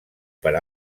per